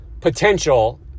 potential